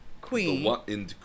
Queen